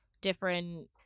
different